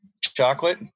chocolate